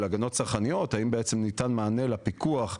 של הגנות צרכניות האם ניתן מענה לפיקוח,